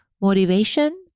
motivation